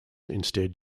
instead